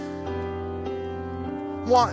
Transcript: One